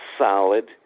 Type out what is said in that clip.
solid